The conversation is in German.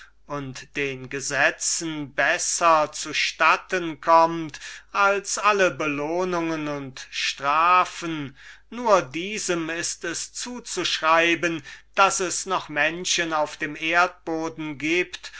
und den gesetzen besser zu statten kommt als alle belohnungen und strafen ist es zuzuschreiben daß es noch menschen auf dem erdboden gibt